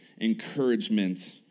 encouragement